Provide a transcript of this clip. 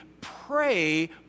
pray